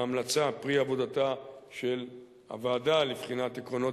ההמלצה פרי עבודתה של הוועדה לבחינת עקרונות